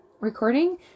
recording